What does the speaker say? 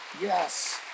yes